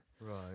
Right